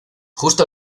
justo